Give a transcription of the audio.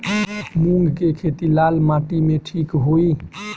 मूंग के खेती लाल माटी मे ठिक होई?